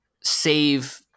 save